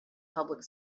public